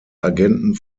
agenten